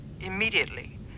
immediately